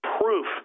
proof